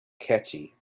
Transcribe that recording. catchy